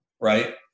Right